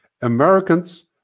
Americans